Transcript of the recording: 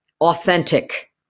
authentic